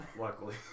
Luckily